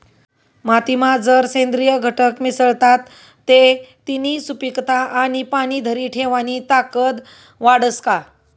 मातीमा जर सेंद्रिय घटक मिसळतात ते तिनी सुपीकता आणि पाणी धरी ठेवानी ताकद वाढस का?